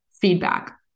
feedback